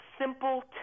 simple